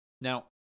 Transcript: Now